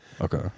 okay